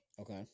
Okay